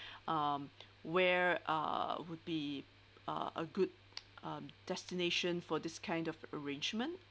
um where uh would be a a good um destination for this kind of arrangement